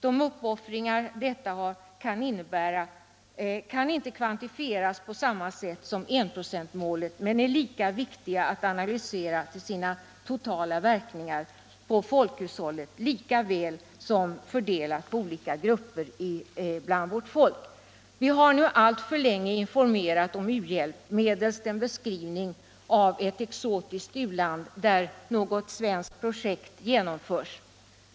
De uppoffringar detta kan innebära kan inte kvantifieras på samma sätt som enprocentsmålet, men är lika viktiga att analysera till sina totala verkningar i folkhushållet som när det gäller fördelningen på olika grupper bland vårt folk. Vi har nu alltför länge informerat om u-hjälp medelst en beskrivning av ett exotiskt u-land, där något svenskt projekt genomförs.